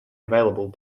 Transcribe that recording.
available